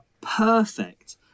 perfect